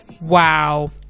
wow